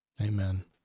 Amen